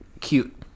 cute